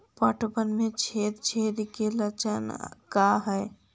पतबन में छेद छेद के लक्षण का हइ?